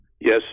yes